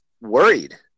worried